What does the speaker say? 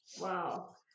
Wow